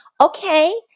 Okay